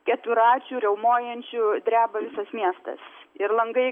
keturračių riaumojančių dreba visas miestas ir langai